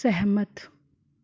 ਸਹਿਮਤ